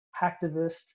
hacktivist